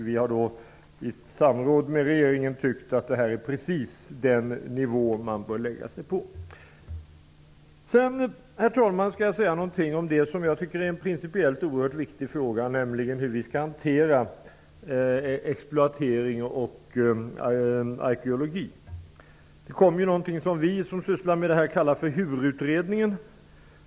Vi har i samråd med regeringen tyckt att det är precis den nivå man bör lägga sig på. Herr talman! Jag vill säga någonting om det som jag tycker är en principiellt oerhört viktig fråga, nämligen hur vi skall hantera frågan om exploatering och arkeologi. Det kom någonting som vi som sysslar med detta kallar för HUR utredningen.